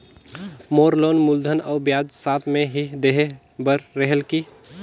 मोर loan मूलधन और ब्याज साथ मे ही देहे बार रेहेल की?